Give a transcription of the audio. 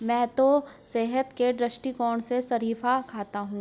मैं तो सेहत के दृष्टिकोण से शरीफा खाता हूं